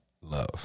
love